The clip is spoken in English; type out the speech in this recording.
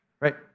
Right